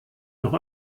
noch